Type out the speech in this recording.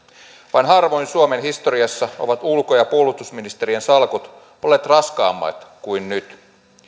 vain harvoin suomen historiassa ovat ulko ja puolustusministerien salkut olleet raskaammat kuin nyt